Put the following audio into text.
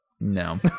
no